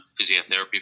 physiotherapy